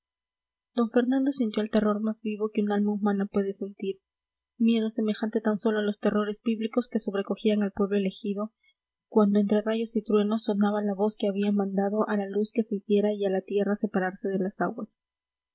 d fernando sintió el terror más vivo que un alma humana puede sentir miedo semejante tan sólo a los terrores bíblicos que sobrecogían al pueblo elegido cuando entre rayos y truenos sonaba la voz que había mandado a la luz que se hiciera y a la tierra separarse de las aguas